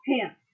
pants